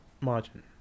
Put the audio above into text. margin